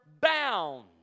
bound